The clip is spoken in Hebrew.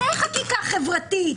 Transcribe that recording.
זו חקיקה חברתית.